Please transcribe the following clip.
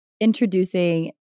introducing